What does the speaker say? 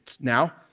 now